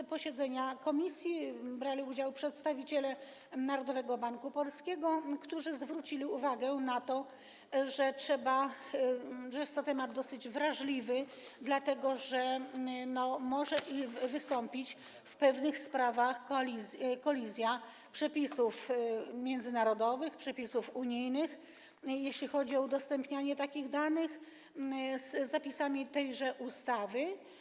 W posiedzeniu komisji brali udział przedstawiciele Narodowego Banku Polskiego, którzy zwrócili uwagę na to, że jest to temat dosyć wrażliwy, dlatego że może wystąpić w pewnych sprawach kolizja przepisów międzynarodowych, przepisów unijnych, jeśli chodzi o udostępnianie takich danych, z zapisami tejże ustawy.